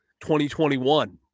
2021